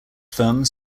firms